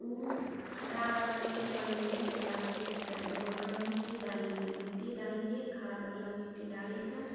ओ खटाल अबै छै बनले ओ प्लास्टिकके ओ ओकरामे मिट्टी डाललियै मिट्टी डाललियै खादवला मिट्टी डालि कऽ